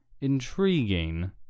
Intriguing